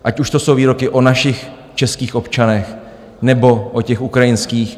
Ať už to jsou výroky o našich českých občanech, nebo o těch ukrajinských.